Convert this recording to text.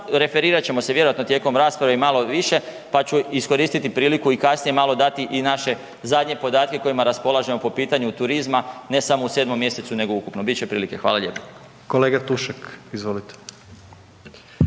referirat ćemo se vjerojatno tijekom rasprave i malo više pa ću iskoristiti priliku i kasnije malo dati i naše zadnje podatke kojima raspolažemo po pitanju turizma ne samo u 7. mjesecu nego ukupno, bit će prilike. Hvala lijepo. **Jandroković,